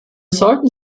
sollten